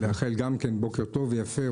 אני רוצה גם לאחל בוקר ויפה,